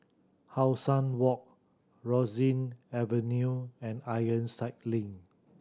How Sun Walk Rosyth Avenue and Ironside Link